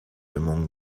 among